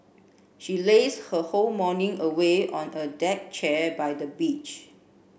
she lazed her whole morning away on a deck chair by the beach